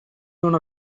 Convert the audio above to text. non